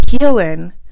healing